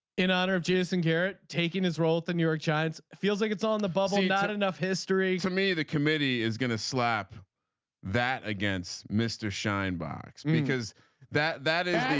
in honor of jason garrett taking his role at the new york giants. feels like it's all on the buzzer. not enough history to me the committee is going to slap that against mr. shine box because that that is